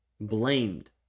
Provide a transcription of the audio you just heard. blamed